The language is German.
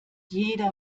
jeder